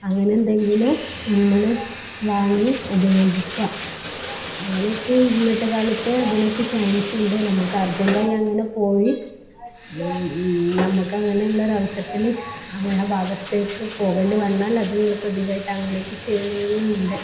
അങ്ങനെയെന്തെങ്കിലും നമ്മള് വാങ്ങി ഉപയോഗിക്കുക അങ്ങനെയൊക്കെ ഇന്നത്തെക്കാലത്ത് അതിനൊക്കെ ചാൻസുണ്ട് നമുക്ക് അർജൻറ്റായി അങ്ങനെ പോയി നമുക്ക് അങ്ങനെയുള്ളൊരു അവസരത്തില് ആ ഭാഗത്തേക്ക് പോകേണ്ടി വന്നാൽ അതിനുള്ള പ്രതിവിധിയായിട്ട് അങ്ങനെയൊക്കെ ചെയ്യുന്നുണ്ട്